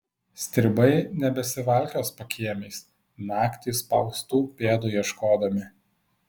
stribai nebesivalkios pakiemiais naktį įspaustų pėdų ieškodami